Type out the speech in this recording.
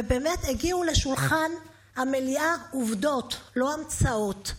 ובאמת הגיעו לשולחן המליאה עובדות, לא המצאות.